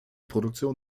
produktion